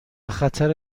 خطر